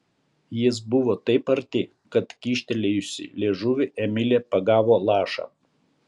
jis buvo taip arti kad kyštelėjusi liežuvį emilė pagavo lašą